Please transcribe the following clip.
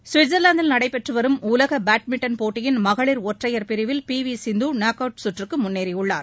ஸ்விட்சர்லாந்தில் நடைபெற்று வரும் உலக பேட்மிண்டன் போட்டியின் மகளிர் ஒற்றையர் பிரிவில் P V Sindhu knockout சுற்றுக்கு முன்னேறியுள்ளார்